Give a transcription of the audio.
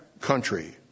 country